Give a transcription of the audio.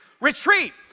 retreat